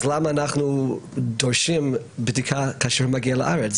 אז למה אנחנו דורשים בדיקה כאשר הוא מגיע לארץ?